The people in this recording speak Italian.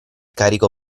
carico